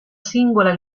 singola